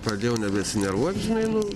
pradėjau nebesineruot žinai nu